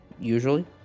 Usually